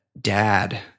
dad